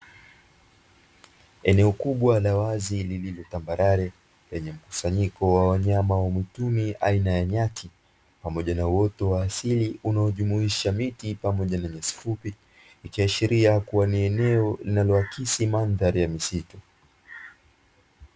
Eneo kubwa la wazi lililo tambarare lenye mkusanyiko wa wanyama wa mwituni aina ya nyati, pamoja na uoto wa asili unaojumuisha miti pamoja na nyasi fupi, ikiashiria kuwa ni eneo linaloakisi mandhari ya misitu.